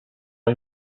این